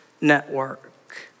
network